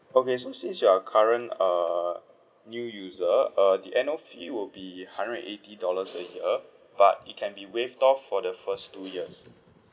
okay so since you're current err new user uh the annual fee will be hundred and eighty dollars per year but it can be waived off for the first two years